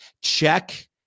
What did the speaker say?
check